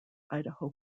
idaho